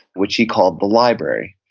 which he called the library,